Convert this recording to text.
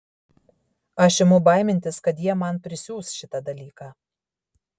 aš imu baimintis kad jie man prisiūs šitą dalyką